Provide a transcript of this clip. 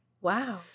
Wow